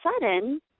sudden